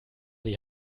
die